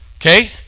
Okay